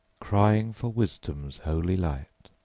crying for wisdom's holy light.